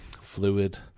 fluid